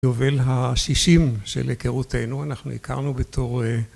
יובל השישים של היכרותנו, אנחנו הכרנו בתור...